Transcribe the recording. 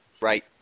right